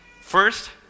First